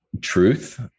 truth